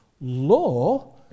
Law